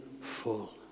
full